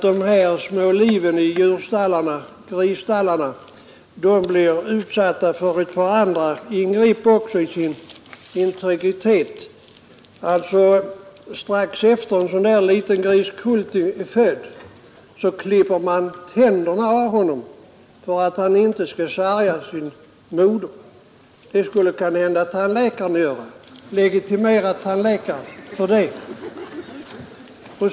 De små liven i grisstallarna blir utsatta för ett par andra ingrepp i sin integritet också. Strax efter det att en liten griskulting är född klipper man tänderna av honom för att han inte skall sarga sin moder vid måltiderna. Skulle kanhända en legitimerad tandläkare göra det?